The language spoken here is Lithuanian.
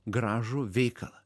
gražų veikalą